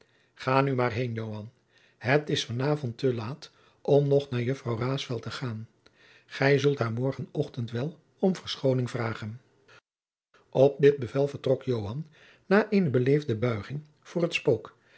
ga nu maar heen joan het is van avond te laat om nog naar juffrouw raesfelt te gaan gij zult haar morgen ochtend wel om verschooning vragen op dit bevel vertrok joan na eene beleefde buijacob van lennep de pleegzoon ging voor het spook